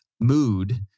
mood